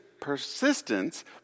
persistence